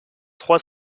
trois